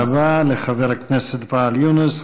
תודה רבה לחבר הכנסת ואאל יונס.